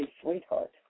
sweetheart